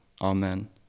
Amen